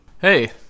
Hey